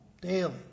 daily